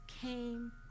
came